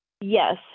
yes